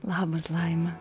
labas laima